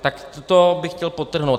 Tak to bych chtěl podtrhnout.